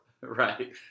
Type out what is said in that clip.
right